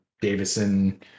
Davison